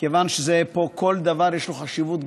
כיוון שפה כל דבר יש לו חשיבות,